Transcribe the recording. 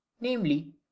namely